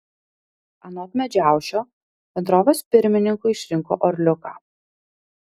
anot medžiaušio bendrovės pirmininku išrinko orliuką